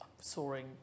soaring